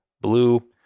blue